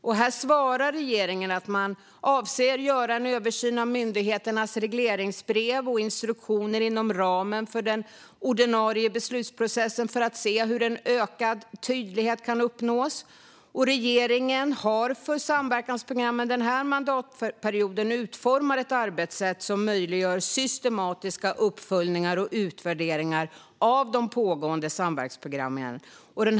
Regeringen svarar att man avser att göra en översyn av myndigheternas regleringsbrev och instruktioner inom ramen för den ordinarie beslutsprocessen för att se hur en ökad tydlighet kan uppnås. Regeringen har den här mandatperioden utformat ett arbetssätt som möjliggör systematiska uppföljningar och utvärderingar av de pågående samverkansprogrammen.